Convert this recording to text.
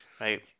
Right